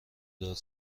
داد